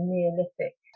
Neolithic